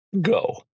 Go